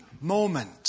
moment